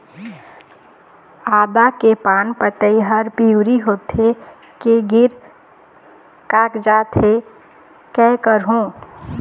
आदा के पान पतई हर पिवरी होथे के गिर कागजात हे, कै करहूं?